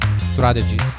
strategies